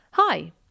Hi